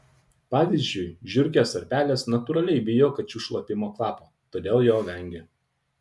pavyzdžiui žiurkės ar pelės natūraliai bijo kačių šlapimo kvapo todėl jo vengia